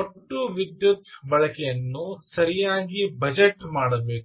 ಒಟ್ಟು ವಿದ್ಯುತ್ ಬಳಕೆಯನ್ನು ಸರಿಯಾಗಿ ಬಜೆಟ್ ಮಾಡಬೇಕು